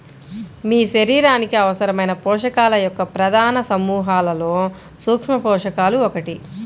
మీ శరీరానికి అవసరమైన పోషకాల యొక్క ప్రధాన సమూహాలలో సూక్ష్మపోషకాలు ఒకటి